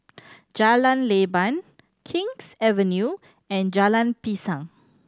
Jalan Leban King's Avenue and Jalan Pisang